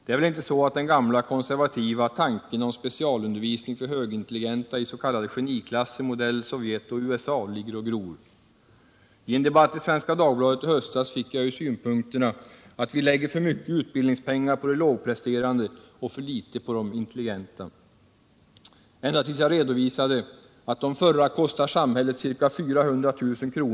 Det är väl inte så att den gamla konservativa tanken om specialundervisning för högintelligenta i s.k. geniklasser modell Sovjet och USA ligger och gror? I en debatt i Svenska Dagbladet i höstas framfördes synpunkterna att vi lägger för mycket utbildningspengar på de lågpresterande och för litet på de intelligenta. Man vidhöll sin ståndpunkt ända tills jag redovisade att de förra före utträdet i arbetslivet kostar samhället ca 400 000 kr.